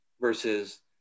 versus